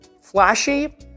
flashy